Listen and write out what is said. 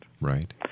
Right